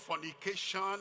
fornication